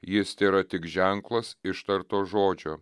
jis tėra tik ženklas ištarto žodžio